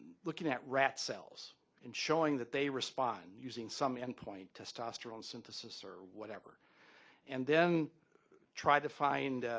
looking at rat cells and showing that they respond using some endpoint testosterone synthesis or whatever and then try to find